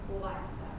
lifestyle